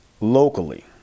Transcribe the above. locally